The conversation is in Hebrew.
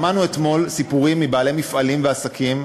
שמענו אתמול סיפורים מבעלי מפעלים ועסקים